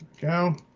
Go